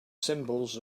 symbols